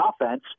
offense